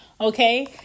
okay